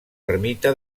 ermita